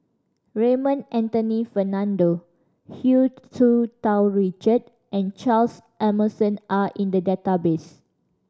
Raymond Anthony Fernando Hu Tsu Tau Richard and Charles Emmerson are in the database